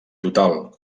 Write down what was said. total